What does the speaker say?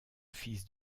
fils